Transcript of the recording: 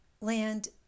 Land